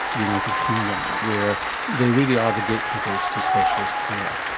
the united kingdom where they really are the gatekeepers to specialist care?